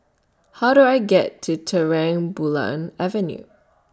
How Do I get to Terang Bulan Avenue